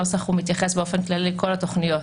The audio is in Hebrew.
הנוסח מתייחס באופן כללי לכל התוכניות,